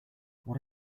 what